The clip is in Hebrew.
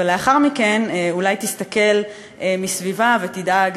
ולאחר מכן אולי תסתכל מסביבה ותדאג